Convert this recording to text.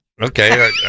Okay